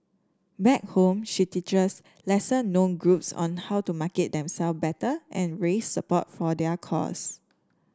back home she teaches lesser known groups on how to market them self better and raise support for their cause